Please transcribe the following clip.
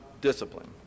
discipline